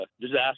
disaster